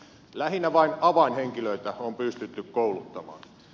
lähinnä vain avainhenkilöitä on pystytty kouluttamaan